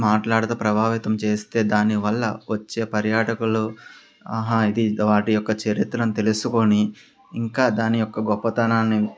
మాట్లాడతూ ప్రభావితం చేస్తే దానివల్ల వచ్చే పర్యాటకులు ఆహా ఇది వాటి యొక్క చరిత్రను తెలుసుకొని ఇంకా దాని యొక్క గొప్పతనాన్ని